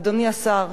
אדוני השר,